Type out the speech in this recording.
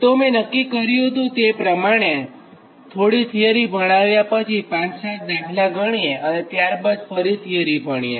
તો મે નક્કી કર્યું હતું તે પ્રમાણે પહેલા થોડી થીયરી ભણાવ્યા પછી 5 7 દાખલા ગણીએ અને ત્યાર બાદ ફરી થીયરી ભણીએ